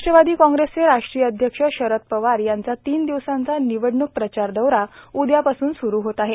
राष्ट्रवादी काँग्रेसचे राष्ट्रीय अध्यक्ष शरद पवार यांचा तीन दिवसाचा निवडणूक प्रचार दौरा उद्यापासून स्रू होत आहे